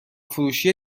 فروشی